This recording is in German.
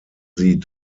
sie